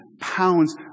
pounds